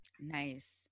Nice